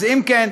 אז אם כן,